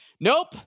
nope